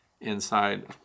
inside